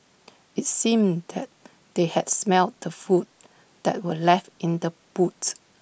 IT seemed that they had smelt the food that were left in the boots